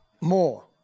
More